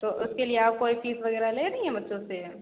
तो उसके लिए आप कोई फ़ीस वग़ैरह ले रही हैं बच्चों से